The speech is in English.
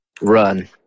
run